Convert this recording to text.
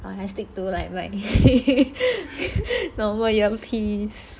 and I stick to like like my normal ear piece